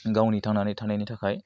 गावनि थांनानै थानायनि थाखाय